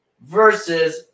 versus